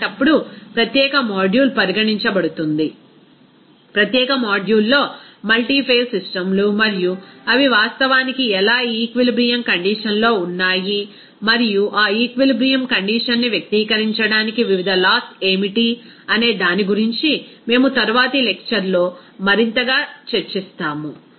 అలాంటప్పుడు ప్రత్యేక మాడ్యూల్ పరిగణించబడుతుంది ప్రత్యేక మాడ్యూల్లో మల్టీఫేస్ సిస్టమ్లు మరియు అవి వాస్తవానికి ఎలా ఈక్విలిబ్రియం కండిషన్ లో ఉన్నాయి మరియు ఆ ఈక్విలిబ్రియం కండిషన్ ని వ్యక్తీకరించడానికి వివిధ లాస్ ఏమిటి అనే దాని గురించి మేము తరువాతి లెక్చర్ లో మరింత చర్చిస్తాము